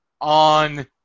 on